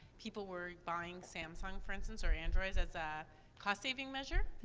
people were buying samsung, for instance, or androids, as a cost saving measure,